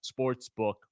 sportsbook